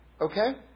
Okay